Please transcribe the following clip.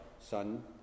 Son